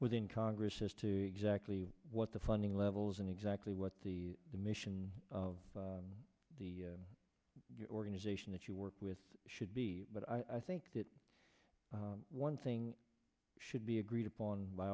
within congress as to exactly what the funding levels and exactly what the mission of the organization that you work with should be but i think that one thing should be agreed upon by